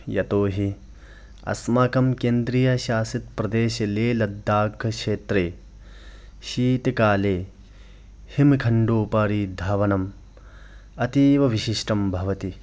यतोहि अस्माकं केन्द्रीयशासित् प्रदेशलेह्लद्दाखक्षेत्रे शीतकाले हिमखण्डोपारि धावनम् अतीव विशिष्टं भवति